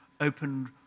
opened